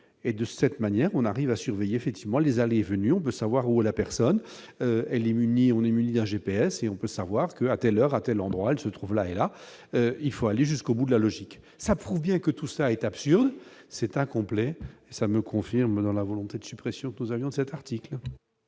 et de cette manière, on arrive à surveiller effectivement les allées et venues, on peut savoir où la personne elle est munie on est muni d'un GPS et on peut savoir que à telle heure à telle endroit elle se trouve là et là, il faut aller jusqu'au bout la logique, ça prouve bien que tout ça est absurde c'est incomplet, ça me confirme dans la volonté de suppressions que nous avions cet article.